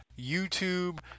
YouTube